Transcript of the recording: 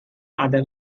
other